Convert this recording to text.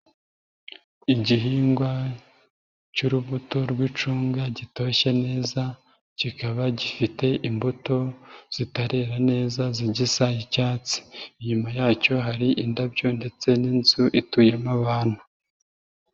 Igihingwa cy'urubuto rw'icunga gitoshye neza, kikaba gifite imbuto zitarera neza zigisa icyatsi. Inyuma yacyo hari indabyo ndetse n'inzu ituyemo abantu.